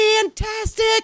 fantastic